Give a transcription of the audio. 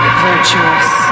virtuous